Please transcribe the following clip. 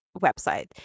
website